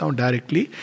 directly